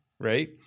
right